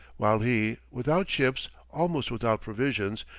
while he, without ships, almost without provisions,